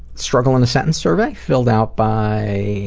struggle in a sentence survey filled out by